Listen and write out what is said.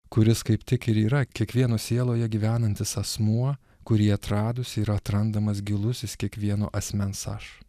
kuris kaip tik ir yra kiekvieno sieloje gyvenantis asmuo kurį atradus yra atrandamas gilusis kiekvieno asmens aš